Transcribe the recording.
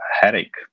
headache